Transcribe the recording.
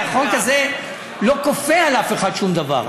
הרי החוק הזה לא כופה על אף אחד שום דבר.